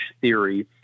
theory